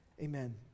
amen